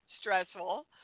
stressful